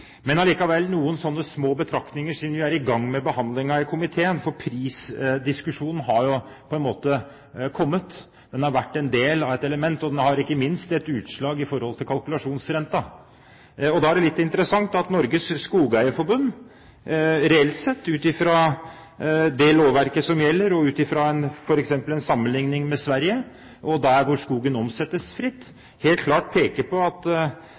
Allikevel noen små betraktninger, siden vi er i gang med behandlingen i komiteen, for prisdiskusjonen har på en måte kommet. Den har vært en del av et element, og den har ikke minst et utslag i forhold til kalkulasjonsrenten. Da er det litt interessant at Norges Skogeierforbund, reelt sett, ut fra det lovverket som gjelder, og ut fra f.eks. en sammenligning med Sverige, og der hvor skogen omsettes fritt, helt klart peker på at